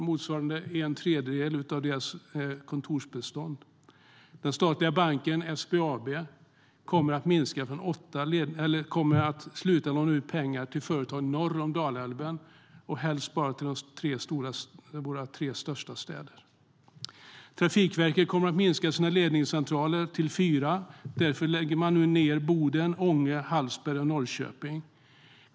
Det motsvarar en tredjedel av deras kontorsbestånd. Trafikverket kommer att minska sina ledningscentraler till fyra och lägger ned i Boden, Ånge, Hallsberg och Norrköping.